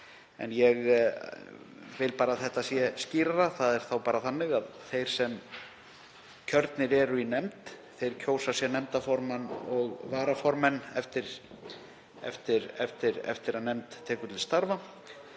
En ég vil að þetta sé skýrara. Það er þá bara þannig að þeir sem kjörnir eru í nefnd kjósa sér nefndarformann og varaformenn eftir að nefnd tekur til starfa.